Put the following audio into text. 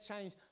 change